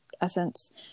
essence